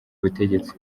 butegetsi